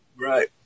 right